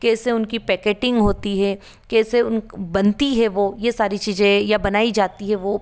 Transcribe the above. कैसे उनकी पैकेटिंग होती है कैसे उन बनती है वो ये सारी चीज़ें या बनाई जाती है वो